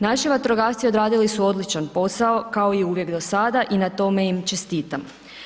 Naši vatrogasci odradili su odličan posao kao i uvijek do sada i na tome im čestitam.